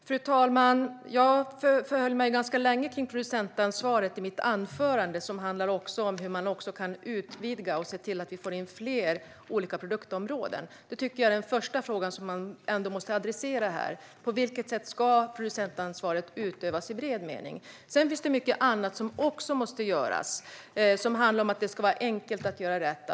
Fru talman! I mitt anförande uppehöll jag mig ganska länge vid producentansvaret. Det handlar också om hur man kan utvidga det och få in fler olika produktområden. Detta tycker jag är den första fråga som man måste ta sig an här: På vilket sätt ska producentansvaret utövas i bred mening? Sedan finns det mycket annat som också måste göras. Det ska vara enkelt att göra rätt.